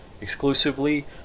exclusively